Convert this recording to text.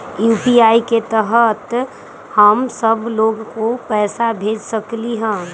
UPI के तहद हम सब लोग को पैसा भेज सकली ह?